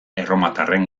erromatarren